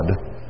God